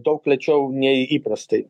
daug lėčiau nei įprastai